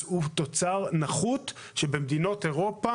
התוצר הוא תוצר נחות שבמדינות אירופה